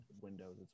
Windows